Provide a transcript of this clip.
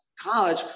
college